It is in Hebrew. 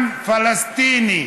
עם פלסטיני,